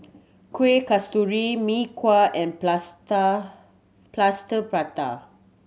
Kueh Kasturi Mee Kuah and Plaster Prata